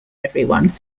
everyone